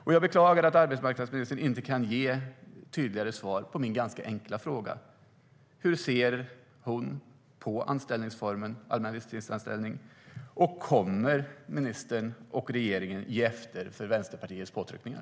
Jag beklagar att arbetsmarknadsministern inte kan ge tydligare svar på min ganska enkla fråga: Hur ser ministern på anställningsformen allmän visstidsanställning, och kommer hon och regeringen att ge efter för Vänsterpartiets påtryckningar?